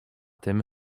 tym